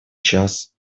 час